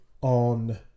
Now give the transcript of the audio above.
on